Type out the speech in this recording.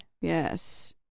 Yes